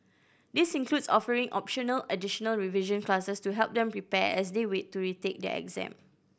this includes offering optional additional revision classes to help them prepare as they wait to retake their exam